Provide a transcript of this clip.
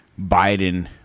Biden